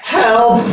Help